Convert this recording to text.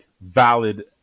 valid